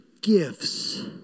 gifts